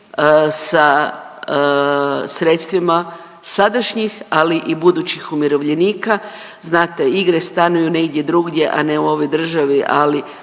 sa sredstvima sadašnjih, ali i budućih umirovljenika. Znate igre stanuju negdje drugdje, a ne u ovoj državi. Ali